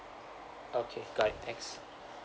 okay got it thanks